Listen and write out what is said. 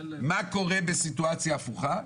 מה קורה בסיטואציה הפוכה?